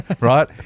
right